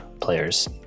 players